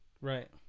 Right